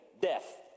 death